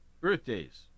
Birthdays